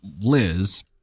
Liz